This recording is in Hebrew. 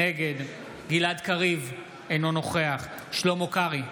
נגד גלעד קריב, אינו נוכח שלמה קרעי,